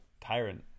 tyrant